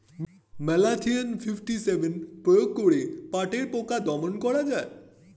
Malathion fifty seven প্রয়োগ করে পাটের পোকা দমন করা যায়?